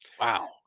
Wow